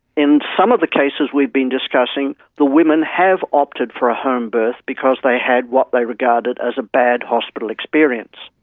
in some of the cases we've been discussing the women have opted for a homebirth because they had what they regarded as a bad hospital experience,